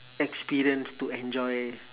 experience to enjoy